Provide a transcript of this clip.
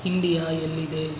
India ಎಲ್ಲಿದೆ